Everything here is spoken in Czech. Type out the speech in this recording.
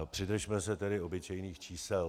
Přidržme se tedy obyčejných čísel.